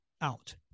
out